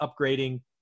upgrading